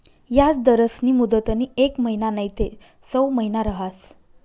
याजदरस्नी मुदतनी येक महिना नैते सऊ महिना रहास